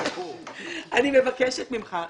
אני מבקשת ממך.